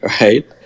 right